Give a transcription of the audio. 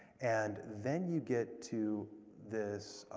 and then you get to this